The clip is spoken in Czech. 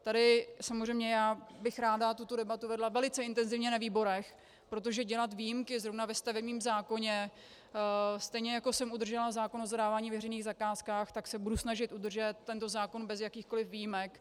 Tady samozřejmě bych ráda tuto debatu vedla velice intenzivně na výborech, protože dělat výjimky zrovna ve stavebním zákoně stejně jako jsem udržela zákon o zadávání veřejných zakázek, tak se budu snažit udržet tento zákon bez jakýchkoliv výjimek.